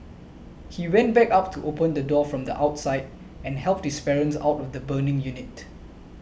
he went back up to open the door from the outside and helped his parents out of the burning unit